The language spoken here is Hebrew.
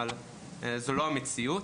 אבל זו לא המציאות,